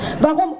Warum